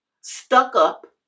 stuck-up